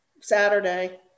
Saturday